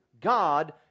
God